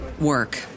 work